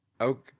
okay